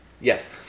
Yes